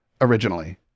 originally